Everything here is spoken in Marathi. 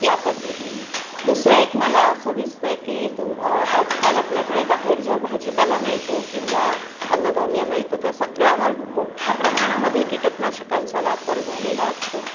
या पद्धतीनी दुसरं एक मला असं दिसतं आहे की तुम आजकाल आपल्याकडे बाहेर ज्या भाजीपाला मिळतो किंवा अन्नधान्य मिळतं त्या सगळ्यावर मोठ्या प्रमाणामध्ये कीटकनाशकांचा वापर झालेला असतो